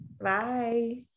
Bye